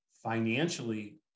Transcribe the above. financially